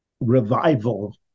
revival